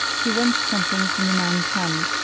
he wrenched something from the man's hand.